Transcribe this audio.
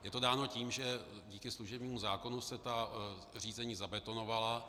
Je to dáno tím, že díky služebnímu zákonu se ta řízení zabetonovala.